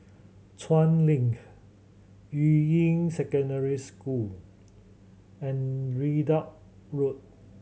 Chuan Link Yuying Secondary School and Ridout Road